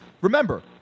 Remember